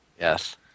Yes